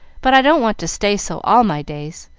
but i don't want to stay so all my days.